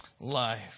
life